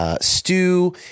Stew